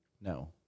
No